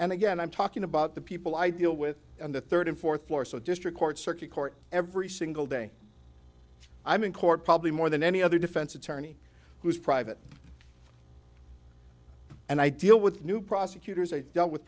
and again i'm talking about the people i deal with and the third and fourth floor so district court circuit court every single day i'm in court probably more than any other defense attorney who's private and i deal with new prosecutors i've dealt with